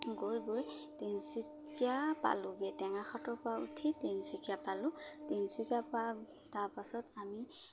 গৈ গৈ তিনিচুকীয়া পালোঁগে টেঙাখাটৰপৰা উঠি তিনিচুকীয়া পালোঁ তিনিচুকীয়াৰপৰা তাৰপাছত আমি